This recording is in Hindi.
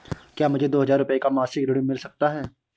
क्या मुझे दो हजार रूपए का मासिक ऋण मिल सकता है?